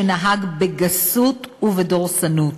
שנהג בגסות ודורסנות.